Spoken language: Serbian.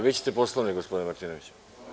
Vi ćete Poslovnik, gospodine Martinoviću?